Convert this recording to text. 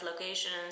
locations